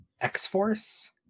x-force